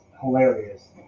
hilarious